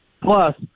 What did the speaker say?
Plus